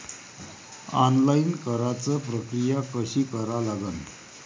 Online कराच प्रक्रिया कशी करा लागन?